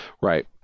Right